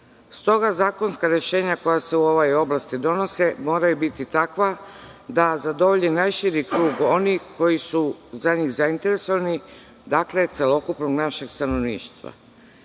Stoga zakonska rešenja koja se u ovoj oblasti donose moraju biti takva da zadovolje najširi krug onih koji su za njih zainteresovani, dakle, celokupnog našeg stanovništva. Iako